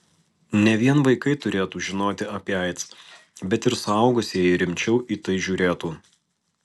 ne vien vaikai turėtų žinoti apie aids bet ir suaugusieji rimčiau į tai žiūrėtų